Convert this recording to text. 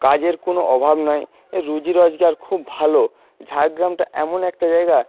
কাজের কোনো অভাব নাই রুজি রোজগার খুব ভালো ঝাড়গ্রামটা এমন একটা জায়গা